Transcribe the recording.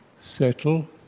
settle